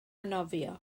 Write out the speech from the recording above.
nofio